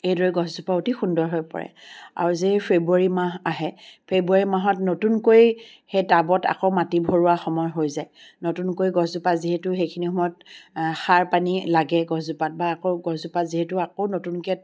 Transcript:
এইদৰে গছজোপা অতি সুন্দৰ হৈ পৰে আৰু যেই ফেব্ৰুৱাৰী মাহ আহে ফেব্ৰুৱাৰী মাহত নতুনকৈ সেই টাবত আকৌ মাটি ভৰোৱা সময় হৈ যায় নতুনকৈ গছজোপা যিহেতু সেইখিনি সময়ত সাৰ পানী লাগে গছজোপাত বা আকৌ গছজোপাত যিহেতু আকৌ নতুনকৈ